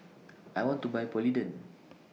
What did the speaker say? I want to Buy Polident